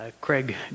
Craig